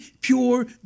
pure